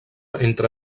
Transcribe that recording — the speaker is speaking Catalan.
entre